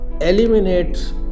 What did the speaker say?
eliminate